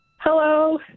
Hello